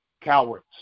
cowards